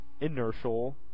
inertial